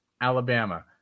alabama